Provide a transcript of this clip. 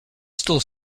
still